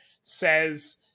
says